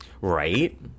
Right